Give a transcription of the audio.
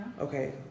okay